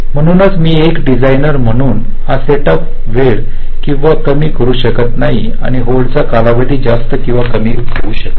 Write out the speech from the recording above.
म्हणूनच मी एक डिझाईन र म्हणून हा सेटअप वेळ जास्त किंवा कमी करू शकत नाही किंवा होल्डचा कालावधी जास्त किंवा कमी करू शकत नाही